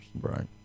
Right